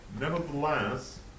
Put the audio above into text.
Nevertheless